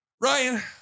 Ryan